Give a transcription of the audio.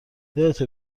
یادته